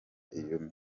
iyo